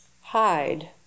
hide